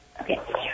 Okay